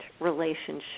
relationship